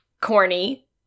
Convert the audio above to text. corny